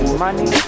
money